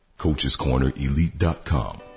CoachesCornerElite.com